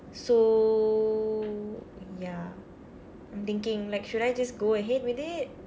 so ya I'm thinking like should I just go ahead with it